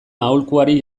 aholkuari